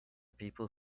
people